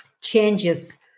changes